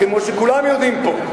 כמו שכולם יודעים פה,